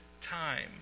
time